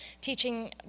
teaching